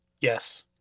Yes